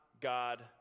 God